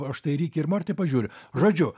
o štai rikį ir mortį pažiūriu žodžiu